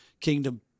kingdom